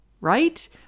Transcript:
right